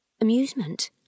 Amusement